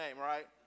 right